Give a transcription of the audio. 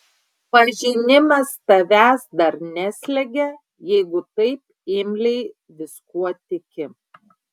pažinimas tavęs dar neslegia jeigu taip imliai viskuo tiki